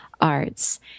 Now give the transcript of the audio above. arts